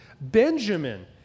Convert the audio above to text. Benjamin